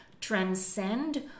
transcend